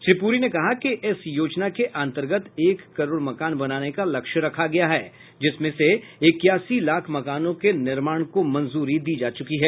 श्री प्ररी ने कहा कि इस योजना के अंतर्गत एक करोड़ मकान बनाने का लक्ष्य रखा गया है जिसमे से इक्यासी लाख मकानों के निर्माण को मंजूरी दी जा चूकी है